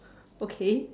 okay